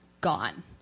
gone